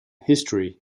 history